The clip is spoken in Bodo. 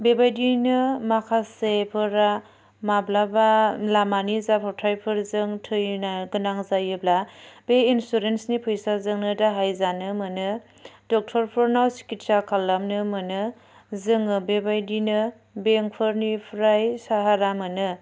बेबायदियैनो माखासेफोरा माब्लाबा लामानि जाब्रबथाइफोरजों थैनो गोनां जायोब्ला बे इन्सुरेन्सनि फैसाजोंनो दाहायजानो मोनो डाक्टरफोरनाव सिकितसा खालामनो मोनो जोङो बेबायदिनो बेंकफोरनिफ्राय साहारा मोनो